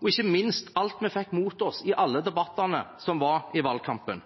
og ikke minst alt vi fikk imot oss i alle debattene som var i valgkampen.